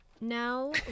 Now